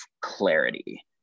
clarity